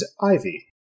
Ivy